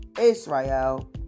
Israel